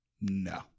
No